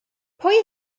pwy